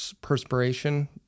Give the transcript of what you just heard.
perspiration